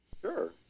Sure